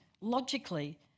logically